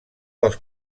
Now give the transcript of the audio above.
dels